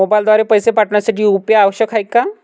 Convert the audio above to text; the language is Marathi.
मोबाईलद्वारे पैसे पाठवण्यासाठी यू.पी.आय आवश्यक आहे का?